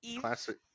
classic